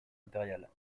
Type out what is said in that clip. impériale